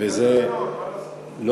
זה התקנון, מה לעשות.